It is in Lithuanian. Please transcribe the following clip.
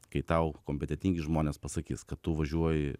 kai tau kompetetingi žmonės pasakys kad tu važiuoji